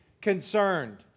concerned